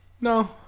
No